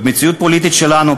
במציאות הפוליטית שלנו,